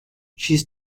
she’s